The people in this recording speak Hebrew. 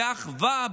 באחווה,